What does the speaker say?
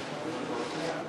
אני לא משיב.